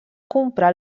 comprar